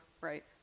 right